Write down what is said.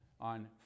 on